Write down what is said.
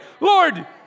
Lord